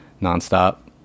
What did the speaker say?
Non-stop